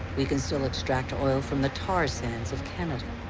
we can still extract oil from the tar sands of canada.